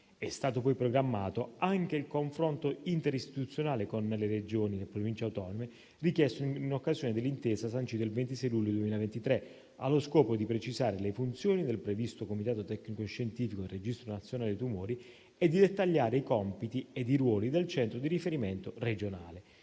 È stato, poi, programmato anche il confronto interistituzionale con le Regioni e le Province autonome, richiesto in occasione dell'intesa sancita il 26 luglio 2023, allo scopo di precisare le funzioni del previsto comitato tecnico-scientifico del registro nazionale tumori, e di dettagliare i compiti ed i ruoli del centro di riferimento regionale.